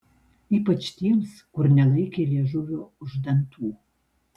ypač tiems kur nelaikė liežuvio už dantų